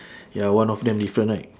ya one of them different right